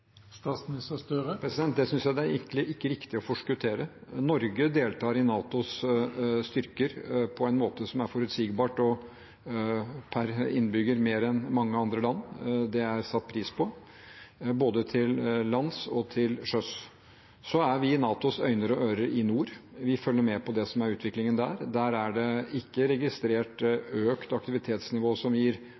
Det synes jeg ikke det er riktig å forskuttere. Norge deltar i NATOs styrker på en måte som er forutsigbar og per innbygger mer enn mange andre land – det blir satt pris på – både til lands og til sjøs. Så er vi NATOs øyne og ører i nord. Vi følger med på det som er utviklingen der, og der er det ikke registrert økt aktivitetsnivå som gir